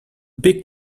big